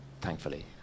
thankfully